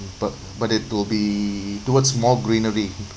but but it will be towards more greenery